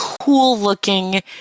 cool-looking